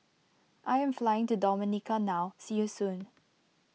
I am flying to Dominica now see you soon